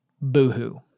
Boo-hoo